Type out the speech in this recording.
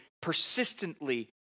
persistently